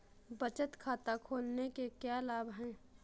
बचत खाता खोलने के क्या लाभ हैं?